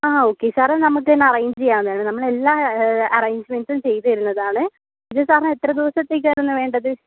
ആ okay sir അത് നമുക്കുതന്നെ അറേഞ്ച് ചെയ്യാവുന്നതാണ് നമ്മളെല്ലാം അറേഞ്ചുമെൻറ്സും ചെയ്തുതരുന്നതാണ് ഇത് സാറിന് എത്ര ദിവസത്തേക്കാരുന്നു വേണ്ടത്